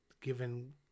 given